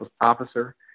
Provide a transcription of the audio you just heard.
officer